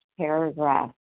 paragraph